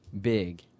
big